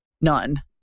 none